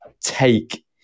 take